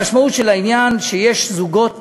המשמעות של העניין היא שיש זוגות